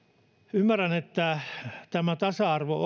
ymmärrän että tämän tasa arvo